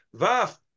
vaf